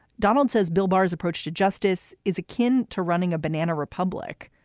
donald says bill barr's approach to justice is akin to running a banana republic.